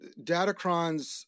Datacrons